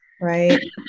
right